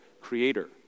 creator